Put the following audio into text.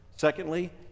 Secondly